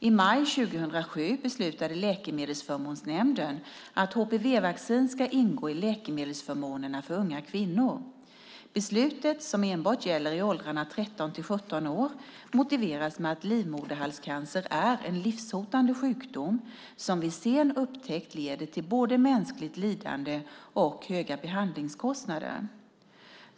I maj 2007 beslutade Läkemedelsförmånsnämnden att HPV-vaccin ska ingå i läkemedelsförmånerna för unga kvinnor. Beslutet, som enbart gäller för kvinnor i åldrarna 13-17 år, motiveras med att livmoderhalscancer är en livshotande sjukdom, som vid sen upptäckt leder till både mänskligt lidande och höga behandlingskostnader.